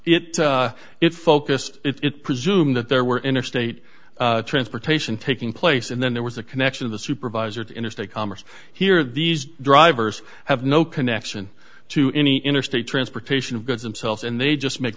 it it focused it presume that there were interstate transportation taking place and then there was the connection of the supervisor to interstate commerce here these drivers have no connection to any interstate transportation of goods of self and they just make